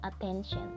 attention